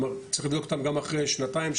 צריך לבדוק אותם באופן סדיר לאורך השנים.